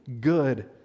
good